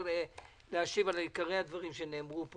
אם אתה יכול להתייחס לעיקרי הדברים שנאמרו פה.